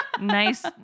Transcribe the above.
nice